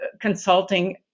consulting